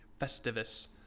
Festivus